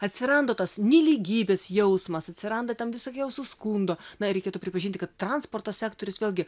atsiranda tas nelygybės jausmas atsiranda ten visokie jau su skundu na reikėtų pripažinti kad transporto sektorius vėlgi